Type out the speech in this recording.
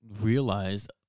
realized